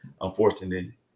unfortunately